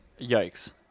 Yikes